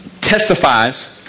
testifies